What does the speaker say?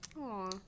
Aw